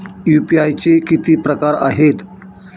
UPI चे किती प्रकार आहेत?